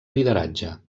lideratge